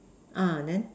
ah then